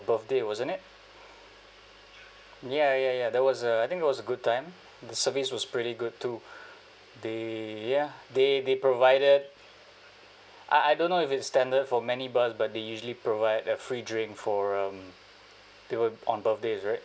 birthday wasn't it ya ya ya there was uh I think it was a good time the service was pretty good too they ya they they provided I I don't know if it's standard for many bars but they usually provide a free drink for um they were on birthdays right